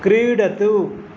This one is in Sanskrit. क्रीडतु